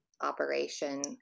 operation